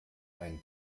einen